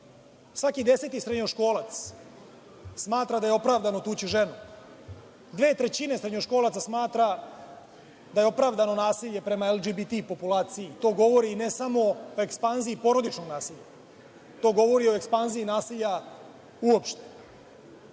deseti srednjoškolac smatra da je opravdano tući ženu. Dve trećine srednjoškolaca smatra da je opravdano nasilje prema LGBT populaciji. To govori ne samo o ekspanziji porodičnog nasilja. To govori o ekspanziji nasilja uopšte. Upravo